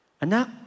Anak